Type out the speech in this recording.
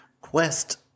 Quest